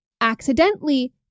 accidentally